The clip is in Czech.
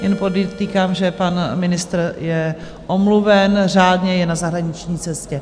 Jen podotýkám, že pan ministr je omluven řádně, je na zahraniční cestě.